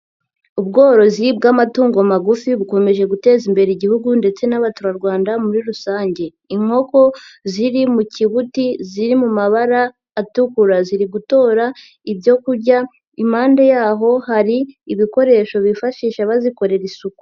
Ubworozi bw'amatungo magufi bukomeje guteza imbere igihugu ndetse n'abaturarwanda muri rusange, inkoko ziri mu kibuti ziri mu mabara atukura, ziri gutora ibyo kurya, impande yaho hari ibikoresho bifashisha bazikorera isuku.